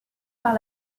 par